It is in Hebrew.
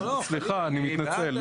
סליחה אני מתנצל,